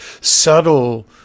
subtle